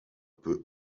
peut